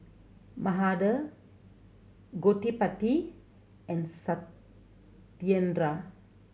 Mahade Gottipati and Satyendra